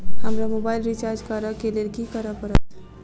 हमरा mobile recharge करऽ केँ लेल की करऽ पड़त?